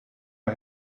mal